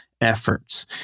efforts